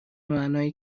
معنای